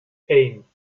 één